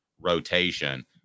rotation